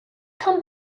come